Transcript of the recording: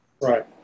right